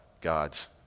god's